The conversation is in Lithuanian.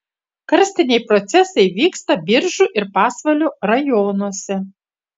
karstiniai procesai vyksta biržų ir pasvalio rajonuose